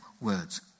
words